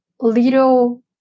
little